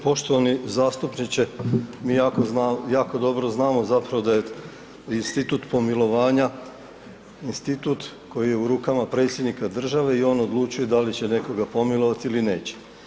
Poštovani zastupniče, mi jako dobro znamo zapravo da je institut pomilovanja institut koji je u rukama Predsjednika države i on odlučuje da li će nekoga pomilovati ili neće.